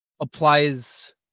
applies